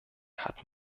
hat